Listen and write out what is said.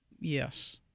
Yes